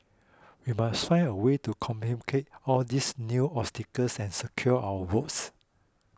we must find a way to communicate all these new obstacles and secure our votes